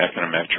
econometric